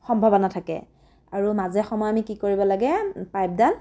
সম্ভাৱনা থাকে আৰু মাজে সময়ে আমি কি কৰিব লাগে পাইপডাল